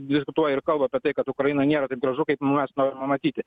diskutuoja ir kalba apie tai kad ukrainoj nėra taip gražu kaip mes norime matyti